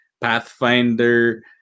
Pathfinder